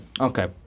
Okay